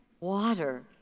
Water